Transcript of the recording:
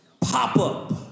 pop-up